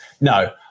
No